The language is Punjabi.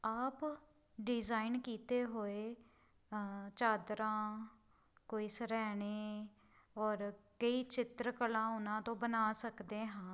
ਆਪ ਡਿਜਾਇਨ ਕੀਤੇ ਹੋਏ ਚਾਦਰਾਂ ਕੋਈ ਸਰੈਣੇ ਔਰ ਕਈ ਚਿੱਤਰਕਲਾ ਉਹਨਾਂ ਤੋਂ ਬਣਾ ਸਕਦੇ ਹਾਂ